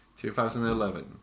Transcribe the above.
2011